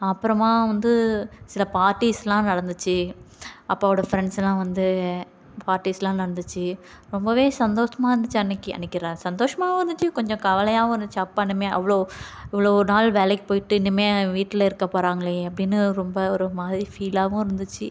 அப்புறமாக வந்து சில பார்ட்டீஸ்லாம் நடந்துச்சு அப்பாவோட ஃப்ரெண்ட்ஸ் எல்லாம் வந்து பார்ட்டீஸ்லாம் நடந்துச்சு ரொம்பவே சந்தோஷமாக இருந்துச்சு அன்னிக்கு அன்னிக்கு சந்தோஷமாகவும் இருந்துச்சு கொஞ்சம் கவலையாகவும் இருந்துச்சு அப்பா இனிமே அவ்வளோ இவ்வளோ நாள் வேலைக்கு போயிட்டு இனிமேல் வீட்டில் இருக்க போகிறாங்களே அப்படின்னு ரொம்ப ஒரு மாதிரி ஃபீல்லாகவும் இருந்துச்சு